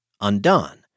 undone